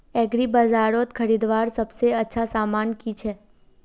एग्रीबाजारोत खरीदवार सबसे अच्छा सामान की छे?